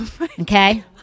Okay